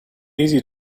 easy